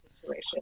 situation